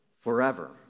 forever